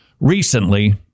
Recently